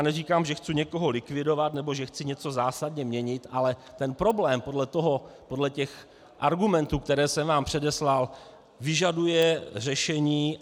Neříkám, že chci někoho likvidovat nebo že chci něco zásadně měnit, ale ten problém podle argumentů, které jsem vám předeslal, vyžaduje řešení.